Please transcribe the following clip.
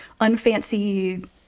unfancy